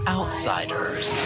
outsiders